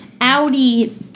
Audi